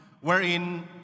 wherein